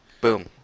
Boom